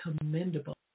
commendable